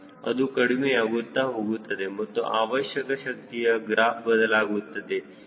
ಅದು ಕಡಿಮೆಯಾಗುತ್ತಾ ಹೋಗುತ್ತದೆ ಮತ್ತು ಅವಶ್ಯಕ ಶಕ್ತಿಯ ಗ್ರಾಫ್ ಬದಲಾಗುತ್ತದೆ